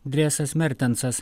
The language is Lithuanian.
drėsas mertensas